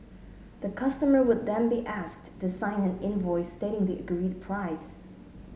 the customer would then be asked to sign an invoice stating the agreed price